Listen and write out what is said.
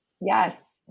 Yes